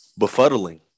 Befuddling